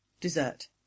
dessert